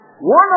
one